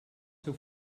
seu